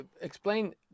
explain